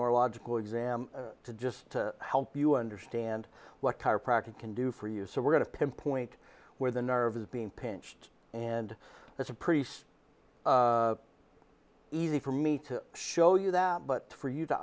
or logical exam to just help you understand what chiropractic can do for you so we're going to pinpoint where the nerve is being pinched and that's a priest easy for me to show you that but for you to